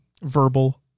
Verbal